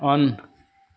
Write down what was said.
on